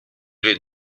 les